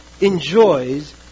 enjoys